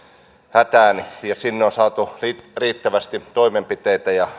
hätään ja sinne on saatu riittävästi toimenpiteitä ja